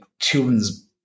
children's